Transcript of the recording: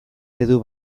eredu